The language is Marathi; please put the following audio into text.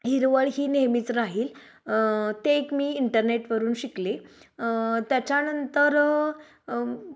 हिरवळ ही नेहमीच राहील ते एक मी इंटरनेटवरून शिकले त्याच्यानंतर